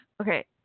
Okay